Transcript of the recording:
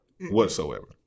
whatsoever